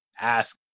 ask